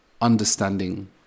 understanding